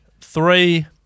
Three